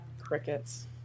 Crickets